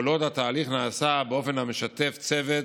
כל עוד התהליך נעשה באופן המשתף צוות,